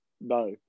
No